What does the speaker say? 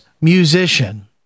musician